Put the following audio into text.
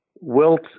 Wilt